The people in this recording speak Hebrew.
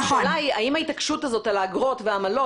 השאלה היא האם ההתעקשות הזאת על האגרות והעמלות,